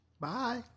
Bye